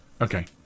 Okay